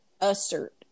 Assert